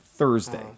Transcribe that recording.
Thursday